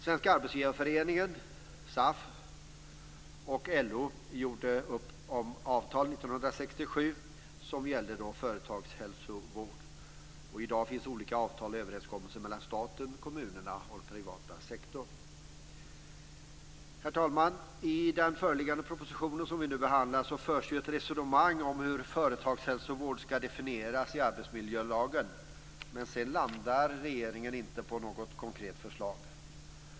Svenska arbetsgivareföreningen, SAF, och LO gjorde år 1967 upp om avtal som gällde företagshälsovård. I dag finns olika avtal och olika överenskommelser mellan staten, kommunerna och den privata sektorn. Herr talman! I den föreliggande propositionen som vi nu behandlar förs ett resonemang om hur företagshälsovård ska definieras i arbetsmiljölagen, men sedan landar regeringen inte på något konkret förslag.